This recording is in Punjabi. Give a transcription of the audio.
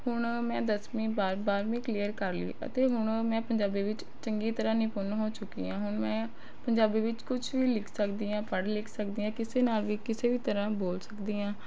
ਹੁਣ ਮੈਂ ਦਸਵੀਂ ਬਾਰ੍ਹ ਬਾਰ੍ਹਵੀਂ ਕਲੀਅਰ ਕਰਲੀ ਅਤੇ ਹੁਣ ਮੈਂ ਪੰਜਾਬੀ ਵਿੱਚ ਚੰਗੀ ਤਰ੍ਹਾਂ ਨਿਪੁੰਨ ਹੋ ਚੁੱਕੀ ਹਾਂ ਹੁਣ ਮੈਂ ਪੰਜਾਬੀ ਵਿੱਚ ਕੁਝ ਵੀ ਲਿਖ ਸਕਦੀ ਹਾਂ ਪੜ੍ਹ ਲਿਖ ਸਕਦੀ ਹਾਂ ਕਿਸੇ ਨਾਲ ਵੀ ਕਿਸੇ ਵੀ ਤਰ੍ਹਾਂ ਬੋਲ ਸਕਦੀ ਹਾਂ